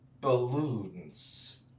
balloons